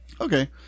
Okay